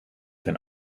ten